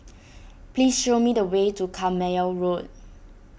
please show me the way to Carpmael Road